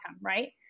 Right